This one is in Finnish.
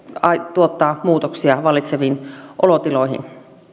tuottaa muutoksia vallitseviin olotiloihin